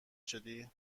شدی